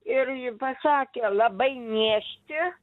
ir pasakė labai niežti